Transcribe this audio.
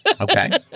okay